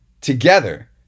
together